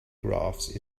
graphs